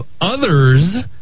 others